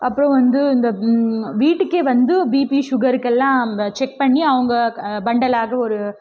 அப்புறோம் வந்து இந்த வீட்டுக்கே வந்து பிபி ஷுகருக்கெல்லாம் செக் பண்ணி அவங்க பண்டலாக ஒரு